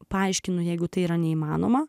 paaiškinu jeigu tai yra neįmanoma